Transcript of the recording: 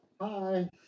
Hi